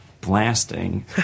blasting